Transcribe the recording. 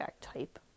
type